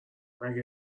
مگه